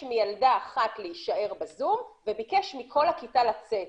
מילדה אחת להישאר בזום וביקש מכל הכיתה לצאת.